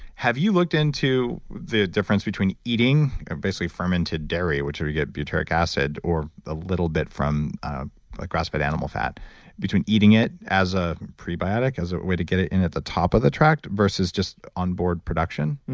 have you looked into the difference between eating or basically fermented dairy, which we get butyric acid or a little bit from like grass fed animal fat between eating it as a prebiotic as a way to get it in at the top of the track versus just onboard production?